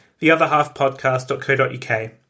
theotherhalfpodcast.co.uk